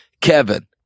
Kevin